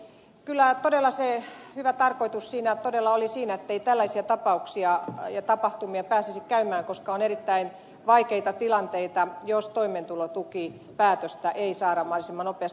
kyllä todella hyvä tarkoitus oli siinä ettei tällaisia tapauksia ja tapahtumia pääsisi käymään koska on erittäin vaikeita tilanteita jos toimeentulotukipäätöstä ei saada mahdollisimman nopeasti